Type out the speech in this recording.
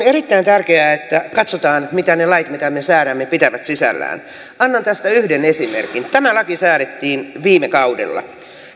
erittäin tärkeää että katsotaan mitä ne lait mitä me säädämme pitävät sisällään annan tästä yhden esimerkin tämä laki säädettiin viime kaudella